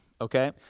okay